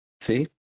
See